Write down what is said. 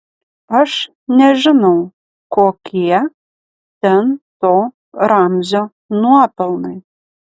aš nežinau kokie ten to ramzio nuopelnai